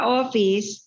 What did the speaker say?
office